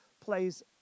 plays